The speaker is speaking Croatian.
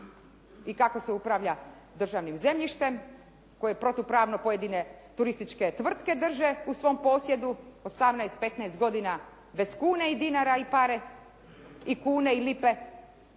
i kako se upravlja državnim zemljištem koji protupravno pojedine turističke tvrtke drže u svom posjedu 18, 15 godina bez kune i dinara i pare i kune i lipe,